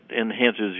enhances